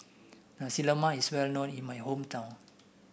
Nasi Lemak is well known in my hometown